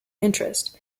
interest